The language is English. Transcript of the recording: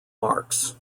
marx